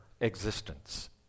existence